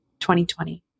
2020